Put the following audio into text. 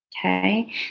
Okay